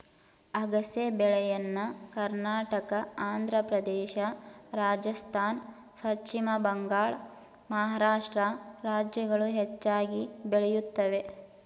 ಅಗಸೆ ಬೆಳೆಯನ್ನ ಕರ್ನಾಟಕ, ಆಂಧ್ರಪ್ರದೇಶ, ರಾಜಸ್ಥಾನ್, ಪಶ್ಚಿಮ ಬಂಗಾಳ, ಮಹಾರಾಷ್ಟ್ರ ರಾಜ್ಯಗಳು ಹೆಚ್ಚಾಗಿ ಬೆಳೆಯುತ್ತವೆ